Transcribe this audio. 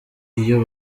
iyo